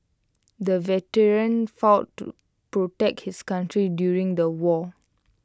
the veteran fought to protect his country during the war